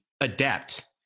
adapt